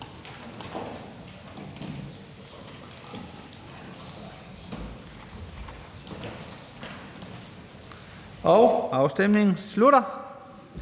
og afstemningen starter.